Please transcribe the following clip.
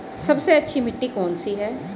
सबसे अच्छी मिट्टी कौन सी है?